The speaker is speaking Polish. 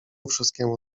wszystkiemu